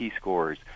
scores